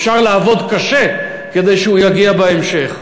אפשר לעבוד קשה כדי שהוא יגיע בהמשך.